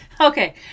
okay